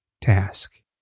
task